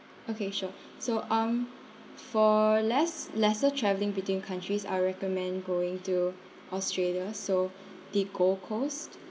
okay sure so um for less lesser travelling between countries I recommend going to australia so the gold coast